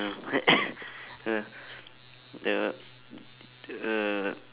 uh the uh